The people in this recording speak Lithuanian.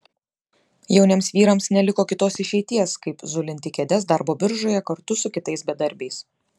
jauniems vyrams neliko kitos išeities kaip zulinti kėdes darbo biržoje kartu su kitais bedarbiais